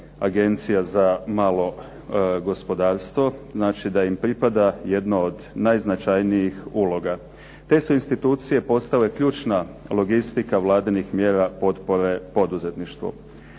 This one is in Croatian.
agencija za malo gospodarstvo znači da im pripada jedna od najznačajnijih uloga. Te su institucije postale ključna logistika vladinih mjera potpore poduzetništvu.